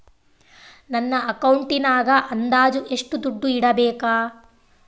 ನನ್ನ ಅಕೌಂಟಿನಾಗ ಅಂದಾಜು ಎಷ್ಟು ದುಡ್ಡು ಇಡಬೇಕಾ?